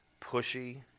pushy